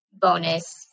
bonus